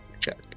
Check